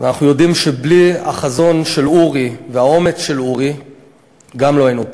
אנחנו יודעים שבלי החזון של אורי והאומץ של אורי גם לא היינו פה.